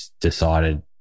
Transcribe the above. decided